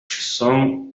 son